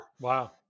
Wow